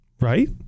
Right